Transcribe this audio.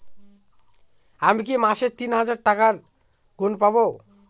আমি কি মাসে তিন হাজার টাকার ঋণ পাবো?